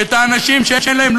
את האנשים שאין להם,